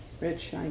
Rich